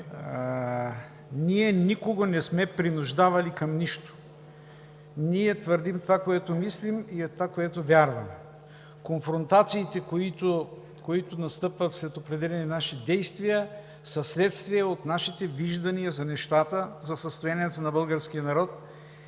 Никого не сме принуждавали към нищо. Ние твърдим това, което мислим, и е това, което вярваме. Конфронтациите, които настъпват след определени наши действия, са следствие от нашите виждания за нещата, за състоянието на българския народ.